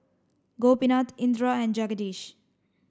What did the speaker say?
Gopinath Indira and Jagadish